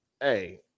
hey